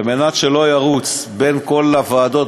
על מנת שלא ירוץ בין כל הוועדות,